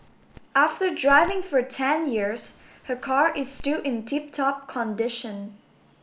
after driving for ten years her car is still in tip top condition